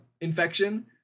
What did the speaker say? infection